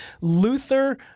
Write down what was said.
Luther